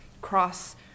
cross